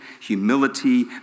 humility